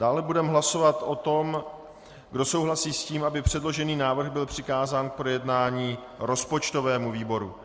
Dále budeme hlasovat o tom, kdo souhlasí s tím, aby předložený návrh byl přikázán k projednání rozpočtovému výboru.